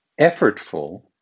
effortful